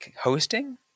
hosting